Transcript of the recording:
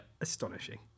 Astonishing